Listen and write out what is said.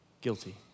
Guilty